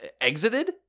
exited